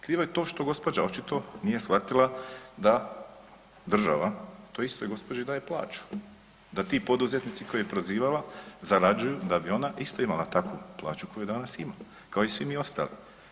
Krivo je to što gospođa očito nije shvatila da država toj istoj gospođi daju plaću, da ti poduzetnici koje je prozivala zarađuju da bi ona isto imala takvu plaću koju danas ima kao i svi mi ostali.